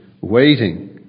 waiting